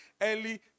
early